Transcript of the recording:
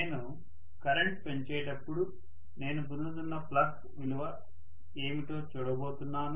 నేను కరెంట్ పెంచేటప్పుడు నేను పొందుతున్న ఫ్లక్స్ విలువ ఏమిటో చూడబోతున్నాను